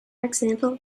example